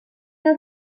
une